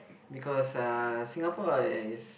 because uh Singapore has